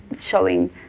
showing